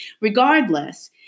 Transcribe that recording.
regardless